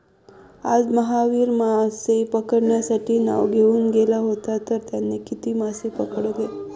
आज महावीर मासे पकडण्यासाठी नाव घेऊन गेला होता तर त्याने किती मासे पकडले?